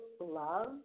love